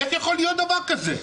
איך יכול להיות דבר כזה?